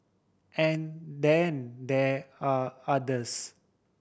and then there are others